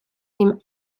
him